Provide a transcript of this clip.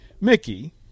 Mickey